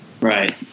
right